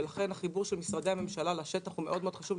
לכן החיבור של משרדי הממשלה לשטח הוא מאוד מאוד חשוב,